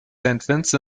vincent